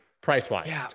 price-wise